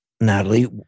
Natalie